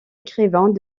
écrivains